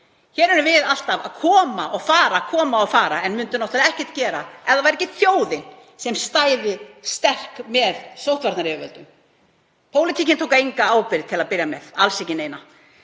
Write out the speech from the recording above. Hér erum við alltaf að koma og fara en myndum náttúrlega ekkert gera ef það væri ekki þjóðin sem stæði sterk með sóttvarnayfirvöldum. Pólitíkin tók enga ábyrgð til að byrja með, alls ekki neina.